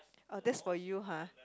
oh that's for you [huh]